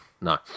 No